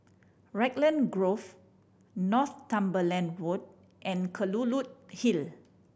Raglan Grove Northumberland Road and Kelulut Hill